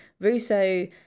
Russo